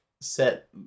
set